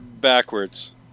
Backwards